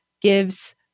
gives